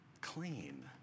clean